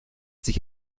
sich